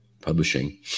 publishing